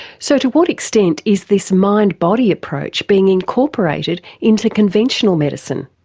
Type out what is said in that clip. so to what extent is this mind body approach being incorporated into conventional medicine?